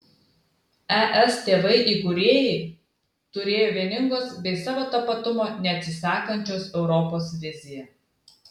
es tėvai įkūrėjai turėjo vieningos bei savo tapatumo neatsisakančios europos viziją